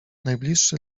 najbliższy